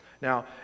now